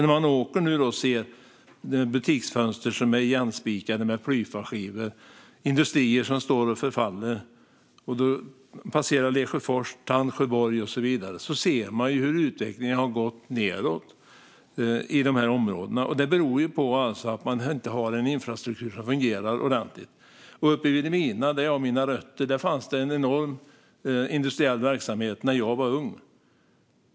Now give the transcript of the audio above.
När jag åker där ser jag butiksfönster som är igenspikade med plyfaskivor och industrier som står och förfaller. När jag passerar Lesjöfors, Tandsjöborg och så vidare ser jag hur utvecklingen har gått nedåt i de här områdena. Det beror på att man inte har en infrastruktur som fungerar ordentligt. Uppe i Vilhelmina, där jag har mina rötter, fanns det en enorm industriell verksamhet när jag var ung.